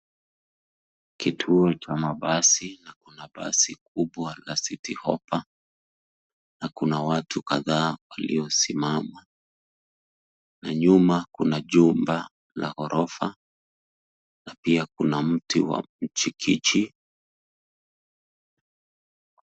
Kituo cha mabasi, na kuna basi kubwa la citi hoppa , na kuna watu kadhaa waliosimama, na nyuma kuna jumba la ghorofa, na pia kuna mti, wa mchikichi.